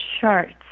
charts